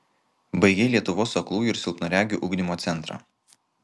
baigei lietuvos aklųjų ir silpnaregių ugdymo centrą